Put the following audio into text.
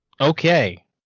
Okay